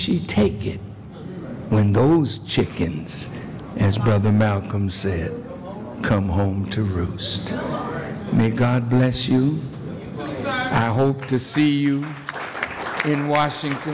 she take it when those chickens as brother malcolm said come home to roost may god bless you i hope to see you in washington